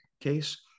case